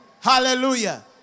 Hallelujah